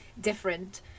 different